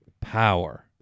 power